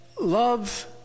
love